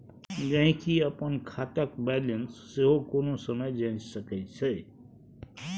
गहिंकी अपन खातक बैलेंस सेहो कोनो समय जांचि सकैत छै